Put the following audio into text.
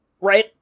right